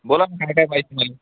बोला काय काय पाहिजे तुम्हाला